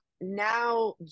now